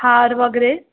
हार वगैरे